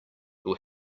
will